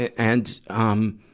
and, um,